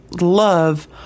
love